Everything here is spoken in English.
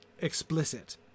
explicit